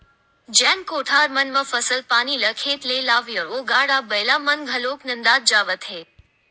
जेन कोठार मन म फसल पानी ल खेत ले लावय ओ गाड़ा बइला मन घलोक नंदात जावत हे